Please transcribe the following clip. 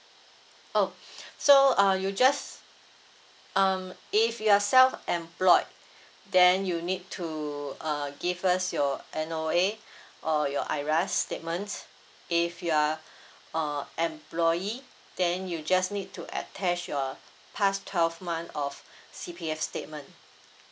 oh so uh you just um if you're self employed then you need to uh give us your N_O_A or your I_R_A_S statements if you are uh employee then you just need to attach your past twelve month of C_P_F statement